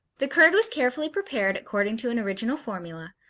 the curd was carefully prepared according to an original formula,